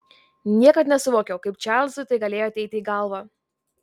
niekad nesuvokiau kaip čarlzui tai galėjo ateiti į galvą